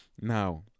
Now